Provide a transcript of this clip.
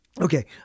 Okay